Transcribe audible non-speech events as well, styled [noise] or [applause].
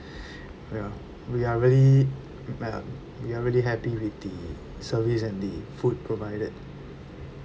[breath] ya we are really m~ we are really happy with the service and the food provided